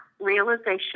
realization